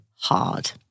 hard